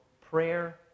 prayer